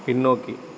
பின்னோக்கி